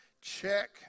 Check